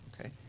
okay